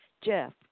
Jeff